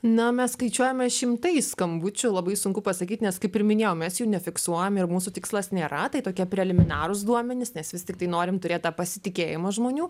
na mes skaičiuojame šimtais skambučių labai sunku pasakyt nes kaip ir minėjau mes jų nefiksuojam ir mūsų tikslas nėra tai tokie preliminarūs duomenys nes vis tiktai norim turėt tą pasitikėjimą žmonių